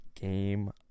game